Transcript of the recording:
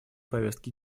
повестки